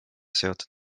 seotud